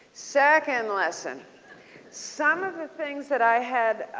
second lesson some of the things that i had